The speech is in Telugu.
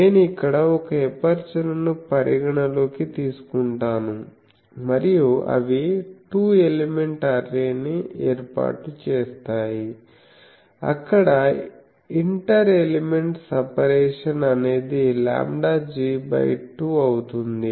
నేను ఇక్కడ ఒక ఎపర్చరును పరిగణలోకి తీసుకుంటాను మరియు అవి 2 ఎలిమెంట్ అర్రే ని ఏర్పాటు చేస్తాయి అక్కడ ఇంటర్ ఎలిమెంట్ సపరేషన్ అనేది λg 2 అవుతుంది